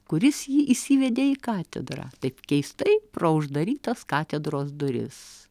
kuris jį įsivedė į katedrą taip keistai pro uždarytas katedros duris